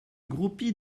groupie